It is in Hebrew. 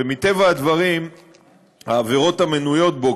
ומטבע הדברים העבירות המנויות בו,